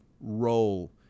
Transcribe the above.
role